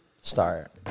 start